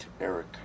Eric